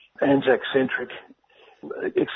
Anzac-centric